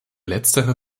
letztere